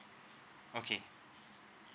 okay